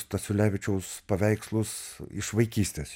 stasiulevičiaus paveikslus iš vaikystės